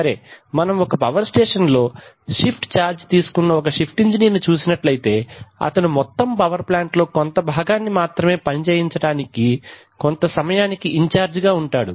సరే మనం ఒక పవర్ స్టేషన్ లో షిఫ్ట్ చార్జి తీసుకున్న షిఫ్ట్ ఇంజనీర్ ని చూసినట్లయితే అతను మొత్తం పవర్ ప్లాంట్ లో కొంత భాగాన్ని పని చేయించడానికి కొంత సమయానికి ఇన్చార్జిగా ఉంటాడు